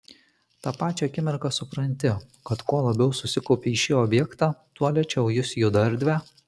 tą pačią akimirką supranti kad kuo labiau susikaupi į šį objektą tuo lėčiau jis juda erdve